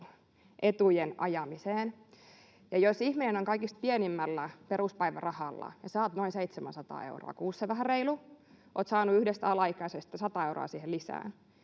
etujen ajamiseen, ja jos ihminen on kaikista pienimmällä peruspäivärahalla ja saa noin vähän reilut 700 euroa kuussa ja on saanut yhdestä alaikäisestä 100 euroa siihen lisää,